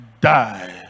die